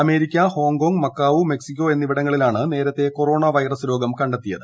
America Hong Kong Macau Mexico എന്നിവിടങ്ങളിലാണ് നേരത്തെ corona virus രോഗം കണ്ടെത്തിയത്